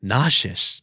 Nauseous